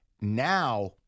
Now